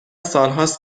سالهاست